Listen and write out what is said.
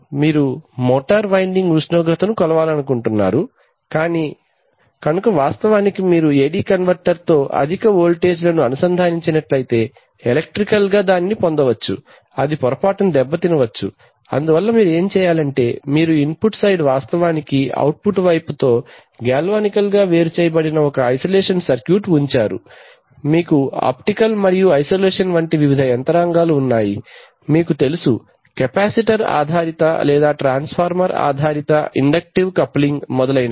మీరు motor winding ఉష్ణోగ్రతను కొలవాలనుకుంటున్నారు కనుక వాస్తవానికి మీరు AD కన్వర్టర్తో అధిక వోల్టేజ్లను అనుసంధానించినట్లయితే ఎలెక్ట్రికల్ గా దానిని పొందవచ్చు అది పొరపాటున దెబ్బతినవచ్చు అందువల్ల మీరు ఏమి చేయాలంటే మీరు ఇన్పుట్ సైడ్ వాస్తవానికి అవుట్పుట్ వైపుతో గాల్వానికల్ గా వేరుచేయబడిన ఒక ఐసోలేషన్ సర్క్యూట్ ఉంచారు మీకు ఆప్టికల్ మరియు ఐసోలేషన్ వంటి వివిధ యంత్రాంగాలు ఉన్నాయి మీకు తెలుసు కెపాసిటర్ ఆధారిత లేదా ట్రాన్స్ఫార్మర్ ఆధారిత ఇండక్టివ్ కప్లింగ్ మొదలైనవి